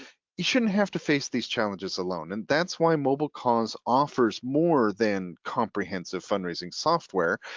you shouldn't have to face these challenges alone and that's why mobilecause offers more than comprehensive fundraising software.